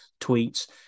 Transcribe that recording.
tweets